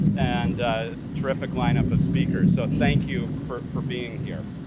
and a terrific lineup of speakers. so thank you, for for being here.